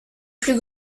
plus